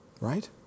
Right